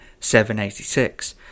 786